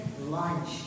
Lunch